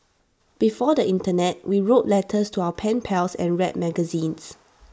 before the Internet we wrote letters to our pen pals and read magazines